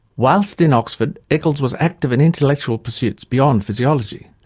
whilst in oxford, eccles was active in intellectual pursuits beyond physiology.